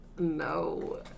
No